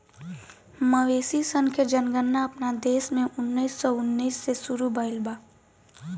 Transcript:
मवेशी सन के जनगणना अपना देश में उन्नीस सौ उन्नीस से शुरू भईल बा